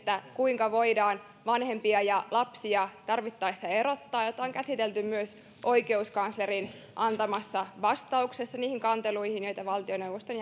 kuinka voidaan vanhempia ja lapsia tarvittaessa erottaa ja sitä on käsitelty myös oikeuskanslerin antamassa vastauksessa niihin kanteluihin joita esimerkiksi valtioneuvoston